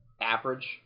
average